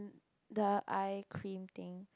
eye cream thing